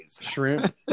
Shrimp